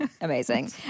Amazing